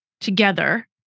together